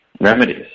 remedies